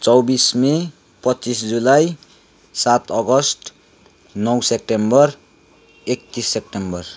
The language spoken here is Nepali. चौबिस मे पच्चिस जुलाई सात अगस्त नौ सेप्टेम्बर एक्तिस सेप्टेम्बर